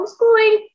homeschooling